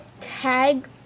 tag